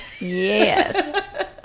Yes